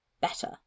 better